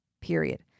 period